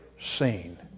seen